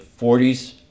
40s